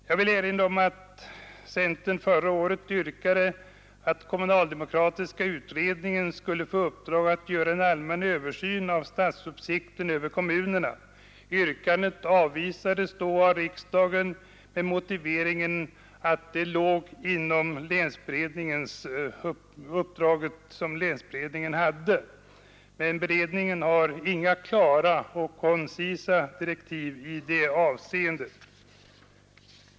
Jag vill erinra om att centern förra året yrkade att den kommunaldemokratiska utredningen skulle få i uppdrag att göra en allmän översyn av statsuppsikten över kommunerna. Yrkandet avvisades då av riksdagen med motiveringen att detta låg inom ramen för länsberedningens uppdrag. Men beredningen har inga klara och koncisa direktiv i det avseendet.